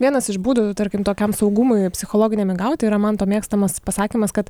vienas iš būdų tarkim tokiam saugumui psichologiniam įgauti yra manto mėgstamas pasakymas kad